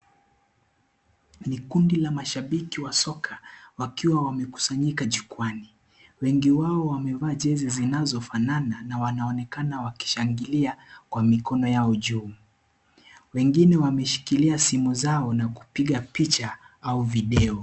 Ni kundi la mashabiki waesoka wakiwa wamekusanyika jukwaani, wengi wao wamevaa jesi zinazofanana na wanaonekana wakishangilia kwa mikono juu, wengine wameshikilia simu zao na kupiga picha au video.